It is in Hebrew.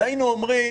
היינו אומרים: